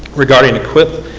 regarding equip,